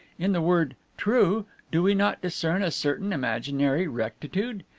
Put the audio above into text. in the word true do we not discern a certain imaginary rectitude?